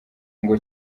ngo